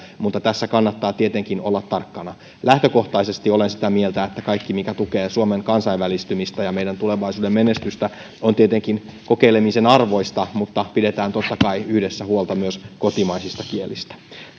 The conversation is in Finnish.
mutta tässä kannattaa tietenkin olla tarkkana lähtökohtaisesti olen sitä mieltä että kaikki mikä tukee suomen kansainvälistymistä ja meidän tulevaisuuden menestystä on tietenkin kokeilemisen arvoista mutta pidetään totta kai yhdessä huolta myös kotimaisista kielistä